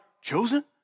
chosen